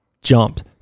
jumped